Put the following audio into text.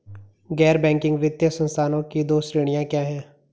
गैर बैंकिंग वित्तीय संस्थानों की दो श्रेणियाँ क्या हैं?